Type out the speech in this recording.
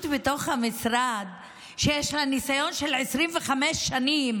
בתוך המשרד שיש לה ניסיון של 25 שנים,